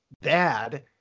bad